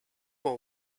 will